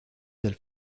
del